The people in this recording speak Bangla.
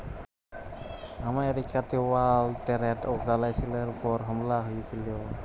আমেরিকাতে ওয়ার্ল্ড টেরেড অর্গালাইজেশলের উপর হামলা হঁয়েছিল